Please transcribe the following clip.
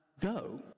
go